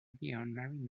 beyond